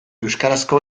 euskarazko